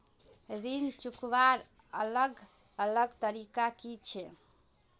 ऋण चुकवार अलग अलग तरीका कि छे?